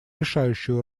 решающую